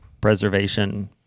preservation